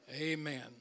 Amen